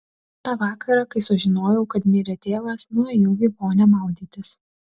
tą vakarą kai sužinojau kad mirė tėvas nuėjau į vonią maudytis